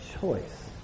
choice